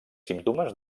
símptomes